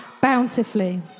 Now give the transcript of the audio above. bountifully